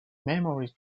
memory